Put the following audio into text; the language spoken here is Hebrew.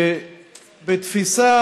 בתפיסה